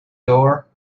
door